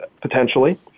potentially